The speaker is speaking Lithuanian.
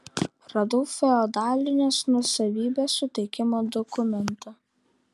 radau feodalinės nuosavybės suteikimo dokumentą